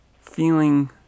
feeling